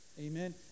Amen